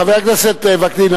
חבר הכנסת וקנין,